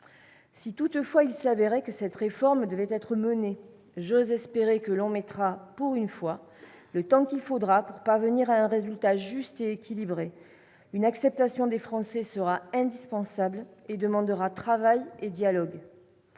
Si, toutefois, cette réforme devait être menée, j'ose espérer que l'on mettra- pour une fois -le temps qu'il faudra pour parvenir à un résultat juste et équilibré : une acceptation des Français sera indispensable, et demandera travail et dialogue.